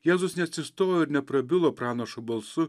jėzus neatsistojo ir neprabilo pranašo balsu